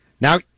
Now